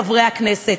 חברי הכנסת.